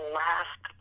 last